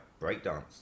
Breakdance